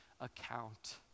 account